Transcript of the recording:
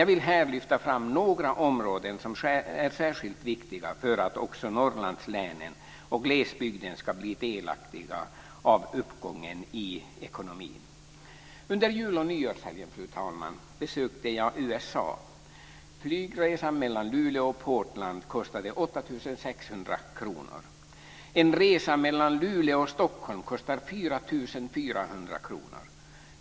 Jag vill här lyfta fram några områden som är särskilt viktiga för att också Norrlandslänen och glesbygden ska bli delaktiga i uppgången i ekonomin. Under jul och nyårshelgen, fru talman, besökte jag USA. Flygresan mellan Luleå och Portland kostade 8 600 kr. En resa mellan Luleå och Stockholm kostar 4 400 kr.